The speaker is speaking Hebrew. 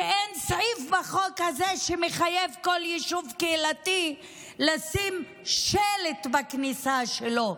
אין סעיף בחוק הזה שמחייב כל יישוב קהילתי לשים שלט בכניסה שלו: